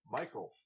Michael